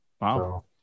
Wow